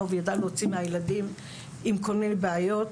וידע להוציא מילדים עם כל מיני בעיות,